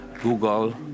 Google